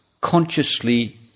consciously